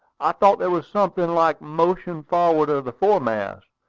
i thought there was something like motion forward of the foremast.